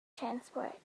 transport